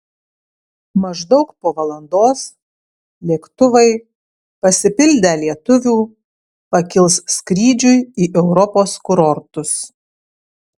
maždaug po valandos lėktuvai pasipildę lietuvių pakils skrydžiui į europos kurortus